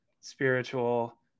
spiritual